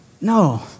No